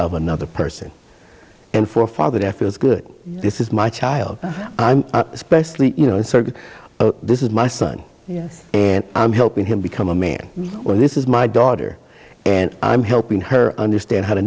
of another person and for a father feels good this is my child especially you know this is my son yes and i'm helping him become a man well this is my daughter and i'm helping her understand how to